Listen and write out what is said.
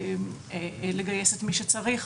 לגייס את מי שצריך.